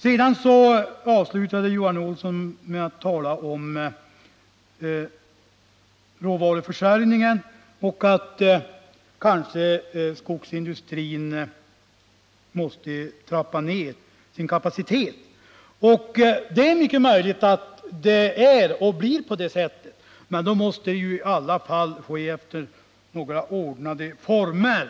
Johan Olsson slutade med att tala om råvaruförsörjningen och sade att skogsindustrin kanske måste trappa ned sin kapacitet. Det är mycket möjligt att det är och blir på det sättet. men då måste det i alla fall ske i ordnade former.